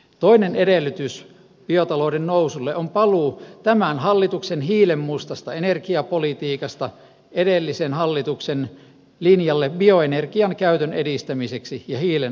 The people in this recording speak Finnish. toinen edellytys biotalouden nousulle on paluu tämän hallituksen hiilenmustasta energiapolitiikasta edellisen hallituksen linjalle bioenergian käytön edistämiseksi ja hiilen alas ajamiseksi